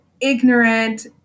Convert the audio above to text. ignorant